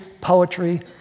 poetry